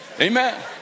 Amen